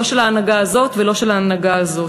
לא של ההנהגה הזאת ולא של ההנהגה הזאת.